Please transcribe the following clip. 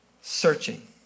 searching